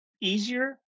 easier